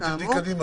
למקום עבודה כאמור"